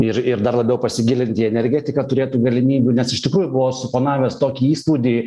ir ir dar labiau pasigilinti į energetiką turėtų galimybių nes iš tikrųjų buvo suponavęs tokį įspūdį